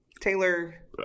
Taylor